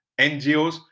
NGOs